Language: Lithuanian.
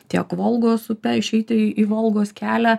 tiek volgos upe išeiti į volgos kelią